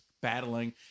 battling